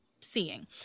seeing